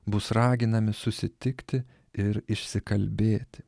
bus raginami susitikti ir išsikalbėti